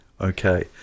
Okay